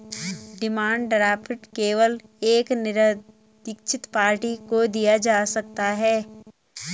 demand draft केवल एक निरदीक्षित पार्टी को दिया जा सकता है